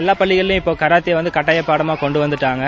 எல்லாப் பள்ளிகளிலும் இப்ப கராத்தே கட்டாப பாடமாக கொண்டு வந்தட்டாங்க